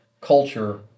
culture